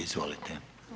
Izvolite.